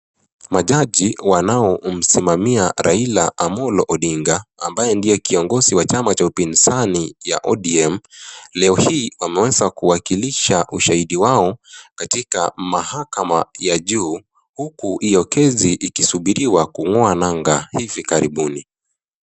Majaji wanaomsimamia Raila Amollo Odinga ambaye ndiye kiongozi wa chama cha upinzani ya ODM, leo hii wameweza kuwakilisha ushahidi wao katika mahakama ya juu uku hio kesi ikisubiriwa kung'oa nanga hivi karibuni.